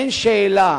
אין שאלה